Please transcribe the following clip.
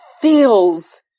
feels